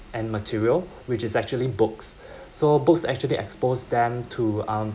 and material which is actually books so books actually expose them to um